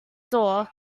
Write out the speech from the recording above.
store